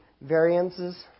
variances